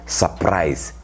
surprise